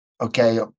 okay